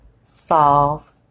solve